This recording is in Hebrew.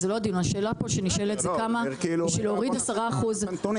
אם אנחנו נוריד ב-10%,